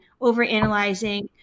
overanalyzing